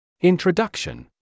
Introduction